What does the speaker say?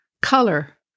color